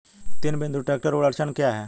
तीन बिंदु ट्रैक्टर अड़चन क्या है?